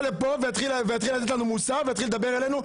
לפה ויתחיל לתת לנו מוסר ויתחיל לדבר אלינו,